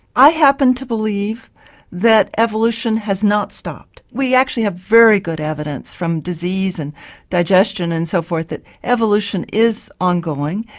i happen to believe that evolution has not stopped, we actually have very good evidence from disease and digestion and so forth that evolution is ongoing.